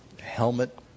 helmet